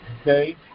okay